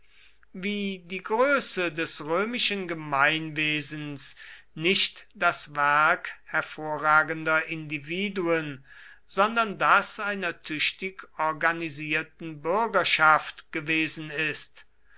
wie die größe des römischen gemeinwesens nicht das werk hervorragender individuen sondern das einer tüchtig organisierten bürgerschaft gewesen ist